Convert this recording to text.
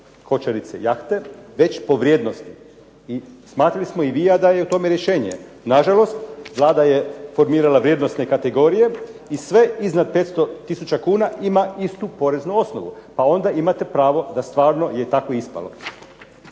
kočerice i jahte već po vrijednosti. I smatrali smo i vi i ja da je u tome rješenje. Nažalost, Vlada je podmirila vrijednosne kategorije i sve iznad 500 tisuća kuna ima istu poreznu osnovu, pa onda imate pravo da je stvarno tako ispalo.